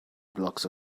blocks